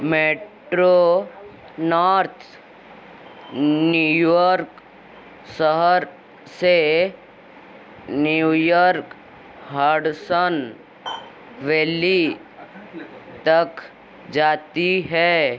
metro north New York शहर से New York Hudson valley तक जाती है